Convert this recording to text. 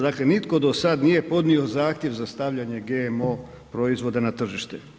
Dakle, nitko do sada nije podnio zahtjev za stavljanje GMO proizvoda na tržište.